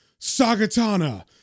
Sagatana